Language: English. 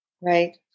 Right